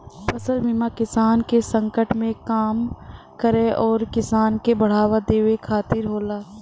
फसल बीमा किसान के संकट के कम करे आउर किसान के बढ़ावा देवे खातिर होला